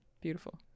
Beautiful